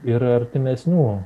yra artimesnių